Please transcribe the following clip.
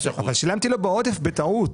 35%. אבל שילמתי לו בעודף בטעות,